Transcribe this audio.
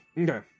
Okay